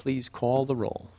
please call the rol